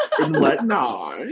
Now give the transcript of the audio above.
whatnot